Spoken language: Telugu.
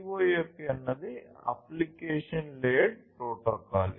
CoAP అనేది అప్లికేషన్ లేయర్డ్ ప్రోటోకాల్